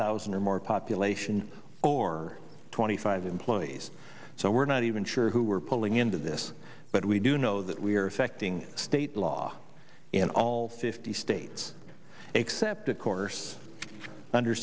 thousand or more population or twenty five employees so we're not even sure who we're pulling into this but we do know that we are affecting state law in all fifty states except of course under